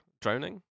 drowning